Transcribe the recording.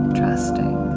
trusting